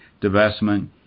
divestment